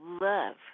love